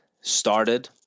started